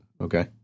okay